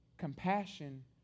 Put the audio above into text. compassion